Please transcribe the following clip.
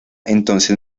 entonces